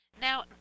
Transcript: Now